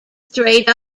straight